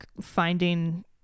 finding